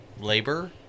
labor